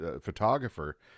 photographer